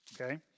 Okay